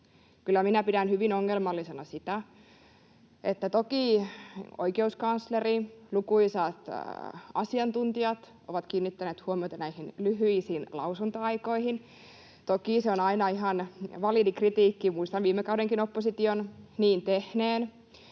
minä pidän hyvin ongelmallisena sitä... Oikeuskansleri, lukuisat asiantuntijat ovat kiinnittäneet huomiota näihin lyhyisiin lausuntoaikoihin, ja se on aina ihan validi kritiikki — muistan viimekaudenkin opposition niin tehneen